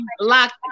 locked